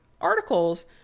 articles